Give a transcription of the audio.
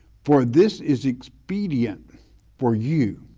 for this is expedient for you